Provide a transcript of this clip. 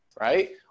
Right